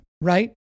right